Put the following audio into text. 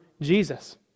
Jesus